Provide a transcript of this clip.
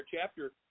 Chapter